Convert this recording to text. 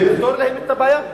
ולפתור להם את הבעיה,